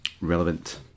relevant